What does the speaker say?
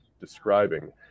describing